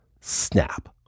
snap